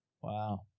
Wow